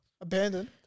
Abandoned